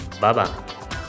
Bye-bye